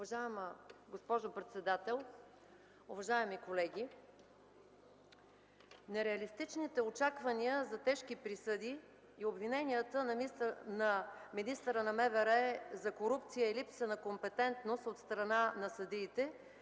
Уважаема госпожо председател, уважаеми колеги! Нереалистичните очаквания за тежки присъди и обвиненията на министъра на вътрешните работи за корупция и липса на компетентност от страна на съдиите